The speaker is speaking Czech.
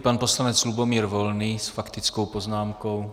Pan poslanec Lubomír Volný s faktickou poznámkou.